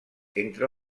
entre